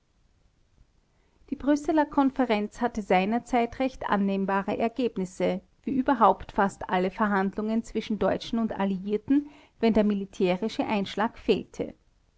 die brüsseler konferenz hatte seinerzeit recht annehmbare ergebnisse wie überhaupt fast alle verhandlungen zwischen deutschen und alliierten wenn der militaristische einschlag fehlte